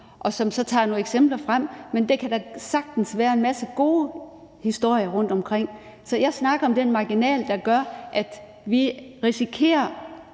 og som så fremdrager nogle eksempler, men der kan da sagtens være masser af gode historier rundtomkring. Så jeg snakker om den marginal, der gør, at vi risikerer